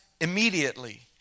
immediately